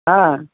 হ্যাঁ